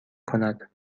کند